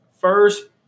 first